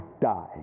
die